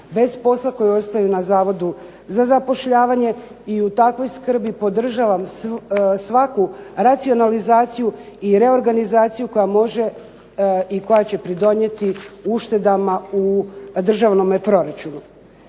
bez posla, koji ostaju na zavodu za zapošljavanje, i u takvoj skrbi podržavam svaku racionalizaciju i reorganizaciju koja može i koja će pridonijeti uštedama u državnome proračunu.